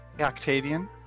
Octavian